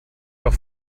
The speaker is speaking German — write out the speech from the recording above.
auch